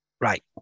Right